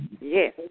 Yes